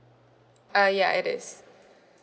uh ya it is